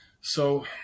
So-